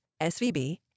SVB